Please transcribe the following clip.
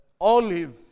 olive